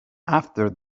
after